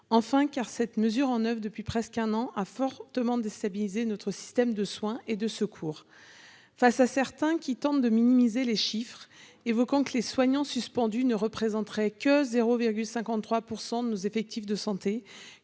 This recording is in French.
enfin, car cette mesure en oeuvre depuis presque un an, a fortement déstabilisé notre système de soins et de secours face à certains qui tentent de minimiser les chiffres, évoquant que les soignants suspendus ne représenteraient que 0,53 % de nos effectifs de santé